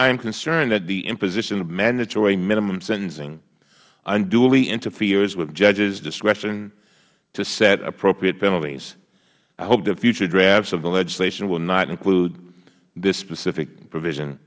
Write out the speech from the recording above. i am concerned that the imposition of mandatory minimum sentencing unduly interferes with judges discretion to set appropriate penalties i hope that future drafts of the legislation will not include this specific provision